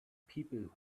people